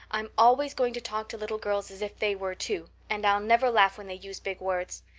i'm always going to talk to little girls as if they were too, and i'll never laugh when they use big words.